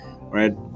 right